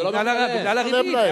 בגלל הריבית.